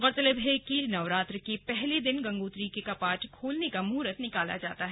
गौरतलब है कि नवरात्र के पहले दिन गंगोत्री के कपाट खोलने का मुहूर्त निकाला जाता है